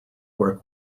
work